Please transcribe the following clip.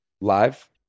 Live